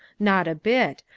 not a bit.